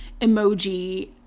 Emoji